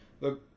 look